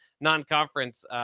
non-conference